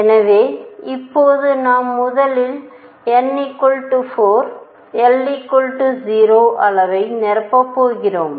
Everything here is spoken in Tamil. எனவே இப்போது நாம் முதலில் n 4 l 0 அளவை நிரப்பப் போகிறோம்